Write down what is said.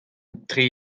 etre